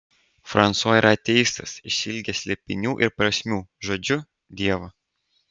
fransua yra ateistas išsiilgęs slėpinių ir prasmių žodžiu dievo